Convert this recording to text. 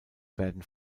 werden